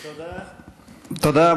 תודה.